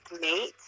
mate